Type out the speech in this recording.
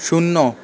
শূন্য